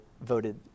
voted